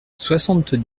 soixante